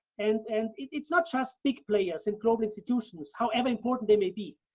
and and it's not just big players and global institutions, however important they may be.